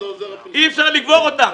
אי אפשר לקבור אותם.